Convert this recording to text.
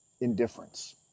indifference